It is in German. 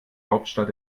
hauptstadt